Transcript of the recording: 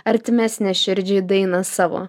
artimesnę širdžiai dainą savo